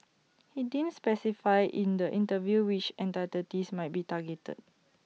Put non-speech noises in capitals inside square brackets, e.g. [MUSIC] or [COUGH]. he didn't specify in the interview which [UNINTELLIGIBLE] might be targeted